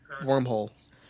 wormhole